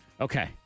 Okay